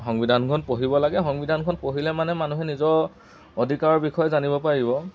সংবিধানখন পঢ়িব লাগে সংবিধানখন পঢ়িলে মানে মানুহে নিজৰ অধিকাৰৰ বিষয়ে জানিব পাৰিব